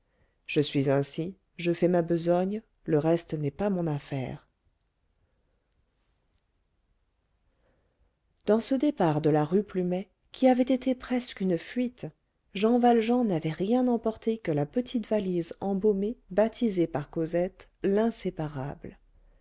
je suis ainsi je fais ma besogne le reste n'est pas mon affaire dans ce départ de la rue plumet qui avait été presque une fuite jean valjean n'avait rien emporté que la petite valise embaumée baptisée par cosette l'inséparable